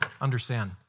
understand